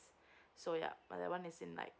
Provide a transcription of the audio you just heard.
so yeah but that one is in like